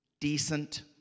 decent